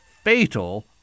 fatal